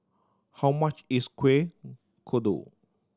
how much is Kuih Kodok